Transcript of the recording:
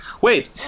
wait